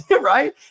right